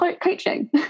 coaching